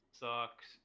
sucks